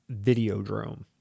Videodrome